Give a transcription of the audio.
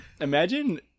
imagine